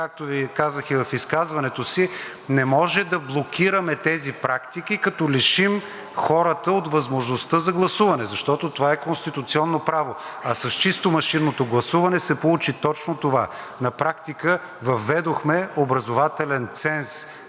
Както Ви казах и в изказването си – не може да блокираме тези практики, като лишим хората от възможността за гласуване, защото това е конституционно право, а с чисто машинното гласуване се получи точно това. На практика въведохме образователен ценз